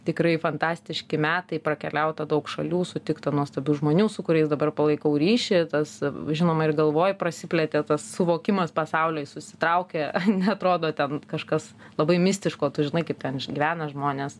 tikrai fantastiški metai prakeliauta daug šalių sutikta nuostabių žmonių su kuriais dabar palaikau ryšį tas žinoma ir galvoj prasiplėtė tas suvokimas pasaulio jis susitraukė neatrodo ten kažkas labai mistiško tu žinai kaip ten gyvena žmonės